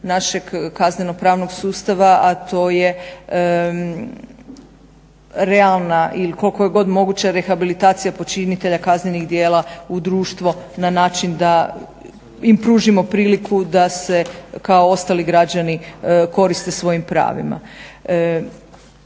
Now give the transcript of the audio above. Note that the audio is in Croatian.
našeg kazneno-pravnog sustava a to je realna ili koliko je god moguća rehabilitacija počinitelja kaznenih djela u društvo na način da im pružimo priliku da se kao ostali građani koriste svojim pravima.